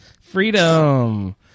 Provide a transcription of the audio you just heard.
Freedom